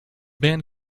band